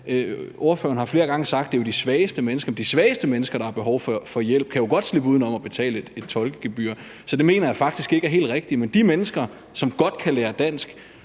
der har behov for hjælp, men de svageste mennesker, der har behov for hjælp, kan jo godt slippe uden om at betale et tolkegebyr. Så det mener jeg faktisk ikke er helt rigtigt. Men har de mennesker, som godt kan lære dansk,